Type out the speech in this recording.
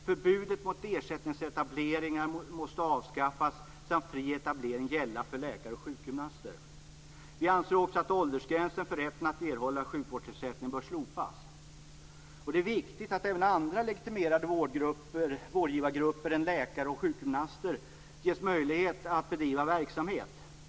Förbudet mot ersättningsetableringar måste avskaffas samt fri etablering gälla för läkare och sjukgymnaster. Det är viktigt att även andra legitimerade vårdgivargrupper än läkare och sjukgymnaster ges möjlighet att bedriva verksamhet.